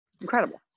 incredible